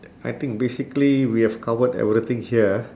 I think basically we have covered everything here ah